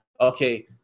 Okay